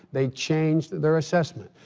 they changed their assessment.